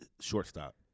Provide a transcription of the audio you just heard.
Shortstop